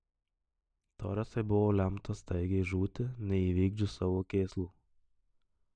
toresui buvo lemta staigiai žūti neįvykdžius savo kėslų